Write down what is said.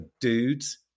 dudes